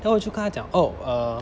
then 我就跟他讲 oh err